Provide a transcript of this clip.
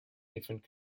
different